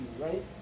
right